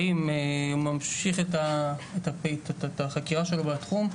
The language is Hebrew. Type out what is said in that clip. האם הוא ממשיך את החקירה שלו בתחום,